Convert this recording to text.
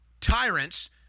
tyrants